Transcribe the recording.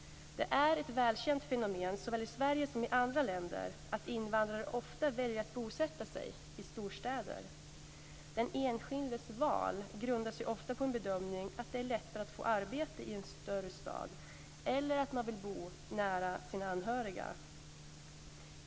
Det är ett välkänt fenomen, såväl i Sverige som i andra länder, att invandrare ofta väljer att bosätta sig i storstäder. Den enskildes val grundar sig ofta på en bedömning att det är lättare att få arbete i en större stad eller att man vill bo nära sina anhöriga.